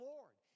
Lord